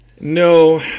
no